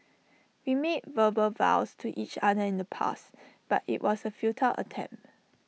we made verbal vows to each other in the past but IT was A futile attempt